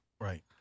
right